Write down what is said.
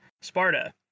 sparta